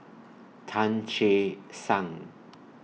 Tan Che Sang